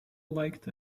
liked